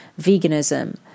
veganism